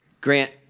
Grant